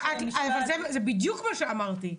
זה בדיוק מה שאמרתי.